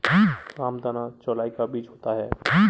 रामदाना चौलाई का बीज होता है